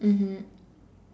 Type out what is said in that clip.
mmhmm